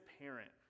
parent